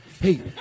Hey